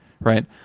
right